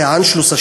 אחרי האנשלוס,